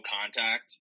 contact